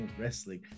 wrestling